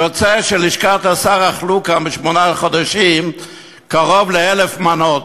יוצא שמלשכת השר אכלו כאן בשמונה חודשים קרוב ל-1,000 מנות.